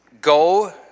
Go